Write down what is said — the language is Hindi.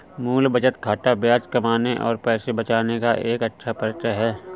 मूल बचत खाता ब्याज कमाने और पैसे बचाने का एक अच्छा परिचय है